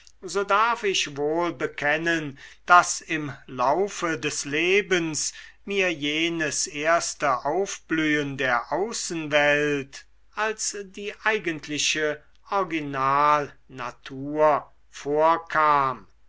so darf ich wohl bekennen daß im laufe des lebens mir jenes erste aufblühen der außenwelt als die eigentliche originalnatur vorkam